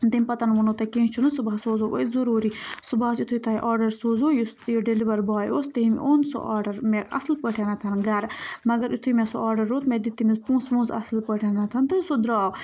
تَمہِ پَتہٕ ووٚنوٗ تۄہہِ کیٚنٛہہ چھُنہٕ صُبحس سوزو أسۍ ضٔروٗری صُبحَس یُتھُے تۄہہِ آرڈَر سوٗزوٗ یُس تہِ یہِ ڈیٚلِوَر باے اوس تٔمۍ اوٚن سُہ آرڈر مےٚ اَصٕل پٲٹھۍ گَرٕ مگر یُتھُے مےٚ سُہ آرڈَر روٚٹ مےٚ دِتۍ تٔمِس پونٛسہٕ وونٛسہٕ اَصٕل پٲٹھۍ تہٕ سُہ درٛاو